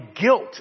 guilt